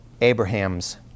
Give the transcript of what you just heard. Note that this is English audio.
Abraham's